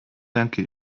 danke